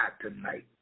tonight